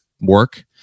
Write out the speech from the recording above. work